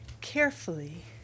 carefully